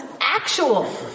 actual